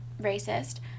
racist